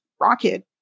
Rocket